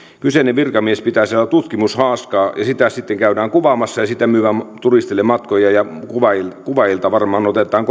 kyseinen virkamies pitää siellä tutkimushaaskaa ja sitä sitten käydään kuvaamassa myydään turisteille matkoja ja kuvaajilta kuvaajilta varmaan otetaan